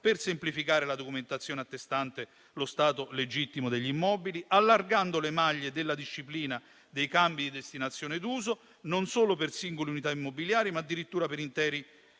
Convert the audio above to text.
semplificare la documentazione attestante lo stato legittimo degli immobili, allargando le maglie della disciplina dei cambi di destinazione d'uso non solo per singole unità immobiliari, ma addirittura per interi